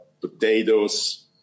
potatoes